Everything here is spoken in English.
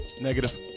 Negative